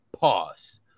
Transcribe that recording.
Pause